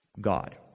God